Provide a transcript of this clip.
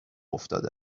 افتاده